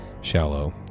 shallow